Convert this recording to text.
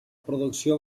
producció